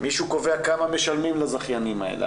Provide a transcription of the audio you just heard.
מישהו קובע כמה משלמים לזכיינים האלה.